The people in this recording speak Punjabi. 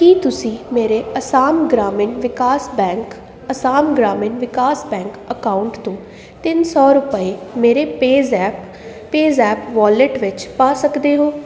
ਕੀ ਤੁਸੀਂ ਮੇਰੇ Assam Gramin Vikas bank Assam Gramin Vikas bank account ਤੋਂ ਤਿੰਨ ਸੌ ਰੁਪਏ ਮੇਰੇ ਪੇਜ਼ੈਪ ਪੇਜ਼ੈਪ ਵਾਲਿਟ ਵਿੱਚ ਪਾ ਸਕਦੇ ਹੋ